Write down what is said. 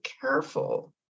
careful